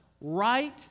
right